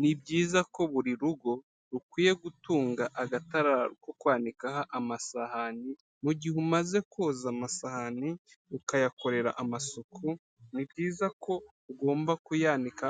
Ni byiza ko buri rugo rukwiye gutunga agatara ko kwanikaho amasahani, mu gihe umaze koza amasahani ukayakorera amasuku, ni byiza ko ugomba kuyanika